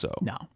No